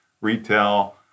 retail